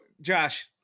Josh